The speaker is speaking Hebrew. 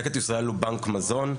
לקט ישראל הוא בנק מזון,